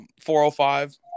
405